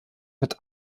mit